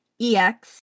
EX